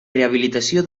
rehabilitació